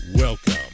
Welcome